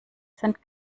sind